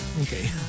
Okay